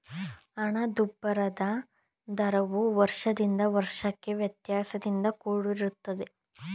ಹಣದುಬ್ಬರದ ದರವು ವರ್ಷದಿಂದ ವರ್ಷಕ್ಕೆ ವ್ಯತ್ಯಾಸದಿಂದ ಕೂಡಿರುತ್ತೆ